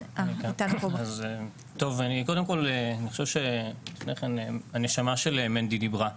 אני חושב שהנשמה של מינדי דיברה.